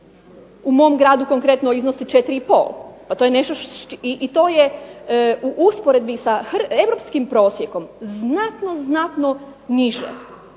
u mom gradu konkretno iznosi 4,5 i to je u usporedbi sa europskim prosjekom znatno, znatno niže.